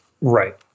Right